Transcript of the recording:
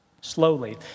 slowly